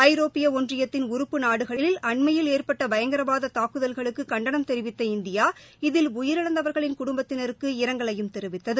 ஐரோப்பிய ஒன்றியத்தின் உறுப்பு நாடுகளில் அண்மையில் ஏற்பட்ட பயங்கரவாத தூக்குதல்களுக்கு கண்டனம் தெரிவித்த இந்தியா இதில் உயிரிழந்தவர்களின் குடுப்பத்தினருக்கு இரங்கலையும் தெரிவித்தது